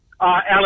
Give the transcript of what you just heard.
Alex